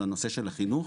על הנושא של החינוך,